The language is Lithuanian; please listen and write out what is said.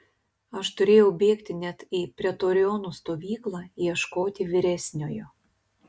aš turėjau bėgti net į pretorionų stovyklą ieškoti vyresniojo